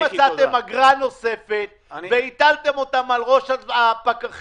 אתם מצאתם אגרה נוספת והטלתם אותה על הפקחים.